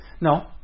No